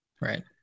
right